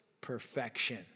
perfection